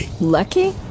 Lucky